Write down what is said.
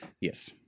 Yes